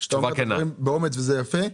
שאמרת דברים באומץ וזה יפה.